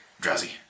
Drowsy